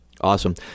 Awesome